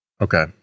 Okay